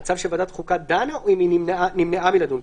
במצב שבו ועדת חוקה דנה או נמנעה מלדון?